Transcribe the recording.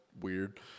weird